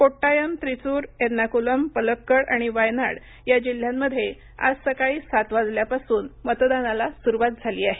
कोट्टायम त्रिचूर एर्नाकुलम पलक्कड आणि वायनाड या जिल्ह्यांमध्ये आज सकाळी सात वाजल्या पासून मतदानाला सुरुवात झाली आहे